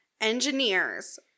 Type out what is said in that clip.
engineers